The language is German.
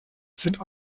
sind